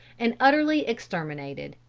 and utterly exterminated.